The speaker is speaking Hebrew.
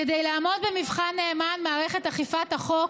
כדי לעמוד במבחן נאמן, מערכת אכיפת החוק